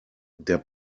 der